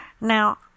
Now